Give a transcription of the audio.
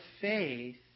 faith